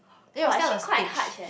then you must stand on the stage